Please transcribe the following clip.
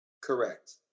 Correct